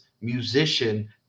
musician